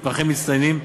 מתמחים מצטיינים,